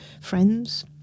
friends